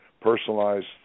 personalized